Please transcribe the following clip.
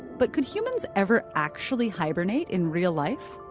but could humans ever actually hibernate in real life?